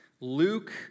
Luke